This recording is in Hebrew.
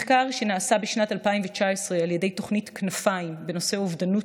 מחקר שנעשה בשנת 2019 על ידי תוכנית כנפיים בנושא אובדנות